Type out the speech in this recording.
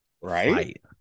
right